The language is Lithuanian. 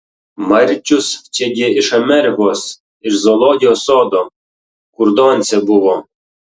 marčius čia gi iš amerikos iš zoologijos sodo kur doncė buvo